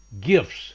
gifts